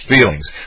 feelings